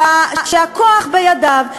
שהכוח בידיו,